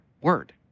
word